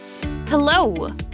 Hello